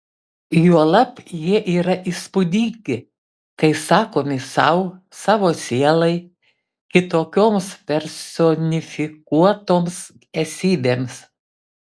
juolab jie yra įspūdingi kai sakomi sau savo sielai kitokioms personifikuotoms esybėms